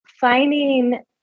finding